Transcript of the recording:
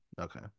Okay